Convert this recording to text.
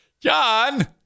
John